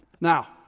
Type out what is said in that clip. Now